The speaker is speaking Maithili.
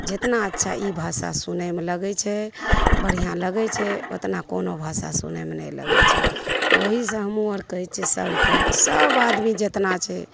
जितना अच्छा ई भाषा सुनयमे लगैत छै बढ़िआँ लगैत छै ओतना कोनो भाषा सुनयमे नहि लगैत छै तऽ ओहि से हमहु आर कहैत छियै सबके सब आदमी जितना छै